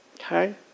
Okay